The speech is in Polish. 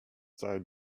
całe